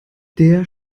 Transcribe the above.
der